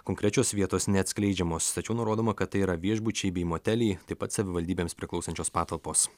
konkrečios vietos neatskleidžiamos tačiau nurodoma kad tai yra viešbučiai bei moteliai taip pat savivaldybėms priklausančios patalpos